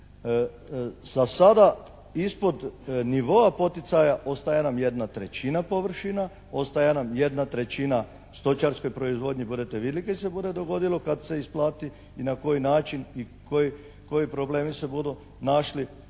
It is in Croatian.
za sada ispod nivoa poticaja ostaje nam 1/3 površina, ostaje nam 1/3 stočarske proizvodnje, budete vidjeli kad se bude dogodilo kad se isplati i na koji način i koji problemi se budu našli.